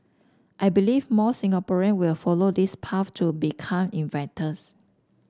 I believe more Singaporean will follow this path to become inventors